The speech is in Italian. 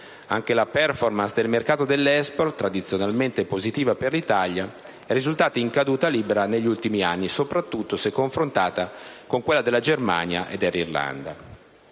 Anche la *performance* del mercato dell'*export*, tradizionalmente positiva per l'Italia, è risultata in caduta libera negli ultimi anni, soprattutto se confrontata con quella della Germania e dell'Irlanda.